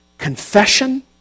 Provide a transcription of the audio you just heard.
confession